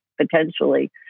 potentially